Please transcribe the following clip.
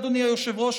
אדוני היושב-ראש,